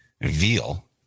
veal